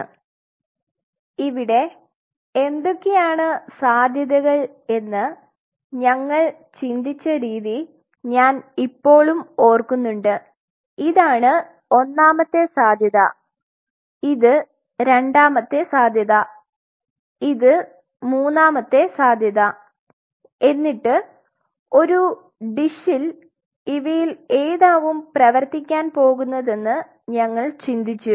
അതിനാൽ ഇവിടെ എന്തൊക്കെയാണ് സാധ്യതകൾ എന്ന് ഞങ്ങൾ ചിന്തിച്ച രീതി ഞാൻ ഇപ്പോളും ഓർക്കുന്നുണ്ട് ഇതാണ് ഒന്നാമത്തെ സാധ്യത ഇത് രണ്ടാമത്തെ സാധ്യത ഇത് മൂന്നാമത്തെ സാധ്യത എന്നിട്ട് ഒരു ഡിഷിൽ ഇവയിൽ ഏതാവും പ്രവർത്തിക്കാൻ പോകുന്നതെന്ന് ഞങ്ങൾ ചിന്തിച്ചു